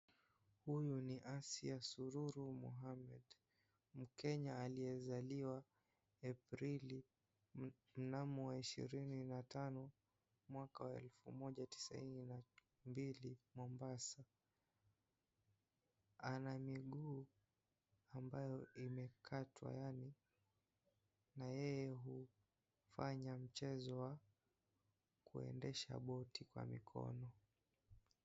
Huyu ni Asiya Sururu Mohammed. Mkenya aliyezaliwa Aprili mnamo wa ishirini na tano mwaka wa elfu moja tisaini na mbili Mombasa. Ana miguu ambayo imekatwa yaani. Na yeye hufanya mchezo wa kuendesha boti kwa mikono.